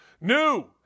new